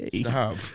Stop